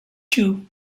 two